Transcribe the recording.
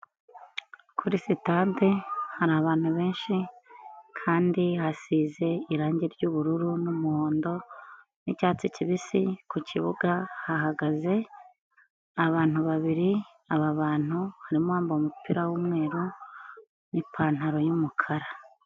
Kuri sitade hari abantu benshi kandi hasize irangi ry'ubururu, n'umuhondo, n'icyatsi kibisi; ku kibuga hahagaze abantu babiri. Aba bantu harimombaye umupira w'umweru n'pantaro y'umukara.